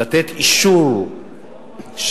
לתת אישור למעמד